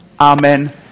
Amen